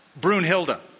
Brunhilde